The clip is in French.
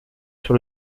sur